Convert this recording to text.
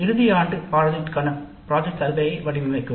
இறுதி ஆண்டு திட்டத்திற்கான ப்ராஜெக்ட் சர்வே வை வடிவமைக்கவு